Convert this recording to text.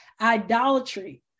idolatry